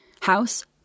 House